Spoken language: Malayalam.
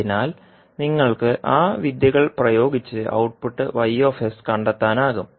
അതിനാൽ നിങ്ങൾക്ക് ആ വിദ്യകൾ പ്രയോഗിച്ച് ഔട്ട്പുട്ട് കണ്ടെത്താനാകും